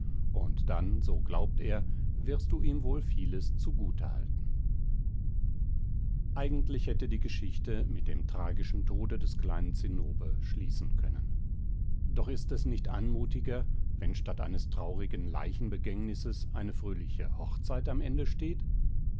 und dann so glaubt er wirst du ihm wohl vieles zugute halten eigentlich hätte die geschichte mit dem tragischen tode des kleinen zinnober schließen können doch ist es nicht anmutiger wenn statt eines traurigen leichenbegängnisses eine fröhliche hochzeit am ende steht